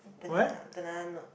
banana banana note